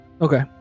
Okay